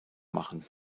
machen